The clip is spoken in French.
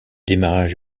démarrage